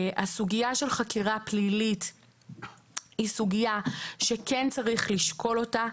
הסוגיה של חקירה פלילית היא סוגיה שכן צריך לשקול אותה.